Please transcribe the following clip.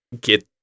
get